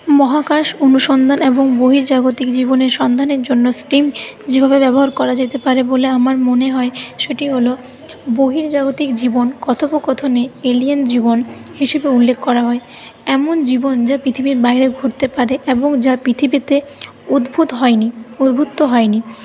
মহাকাশ অনুসন্ধান এবং বহির্জাগতিক জীবনের সন্ধানের জন্য স্টিম যেভাবে ব্যবহার করা যেতে পারে বলে আমার মনে হয় সেটি হল বহির্জাগতিক জীবন কথোপকথনে এলিয়েন জীবন হিসেবে উল্লেখ করা হয় এমন জীবন যা পৃথিবীর বাইরে ঘটতে পারে এবং যা পৃথিবীতে উদ্ভুত হয়নি উদ্ভুত্ত হয়নি